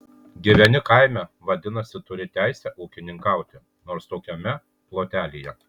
gyveni kaime vadinasi turi teisę ūkininkauti nors tokiame plotelyje